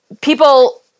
People